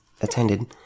attended